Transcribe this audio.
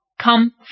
come